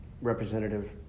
Representative